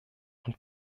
und